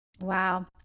Wow